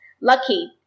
lucky